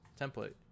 template